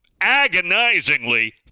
agonizingly